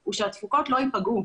הוא שהתפוקות לא ייפגעו.